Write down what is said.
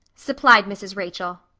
supplied mrs. rachel.